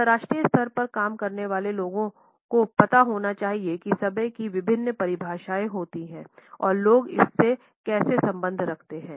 अंतर्राष्ट्रीय स्तर पर काम करने वाले लोगों को पता होना चाहिए कि समय की विभिन्न परिभाषाएँ क्या हैं और लोग इससे कैसे संबंध रखते हैं